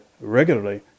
regularly